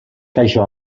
kaixo